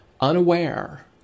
unaware